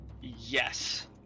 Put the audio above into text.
Yes